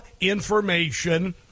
information